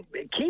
keep